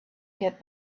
get